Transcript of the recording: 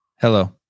Hello